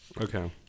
Okay